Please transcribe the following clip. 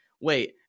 Wait